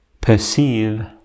perceive